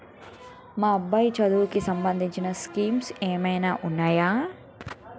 మా అబ్బాయి చదువుకి సంబందించిన స్కీమ్స్ ఏమైనా ఉన్నాయా?